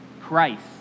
Christ